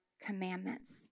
commandments